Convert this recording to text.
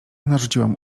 narzuciłam